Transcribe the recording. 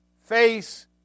face